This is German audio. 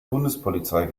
bundespolizei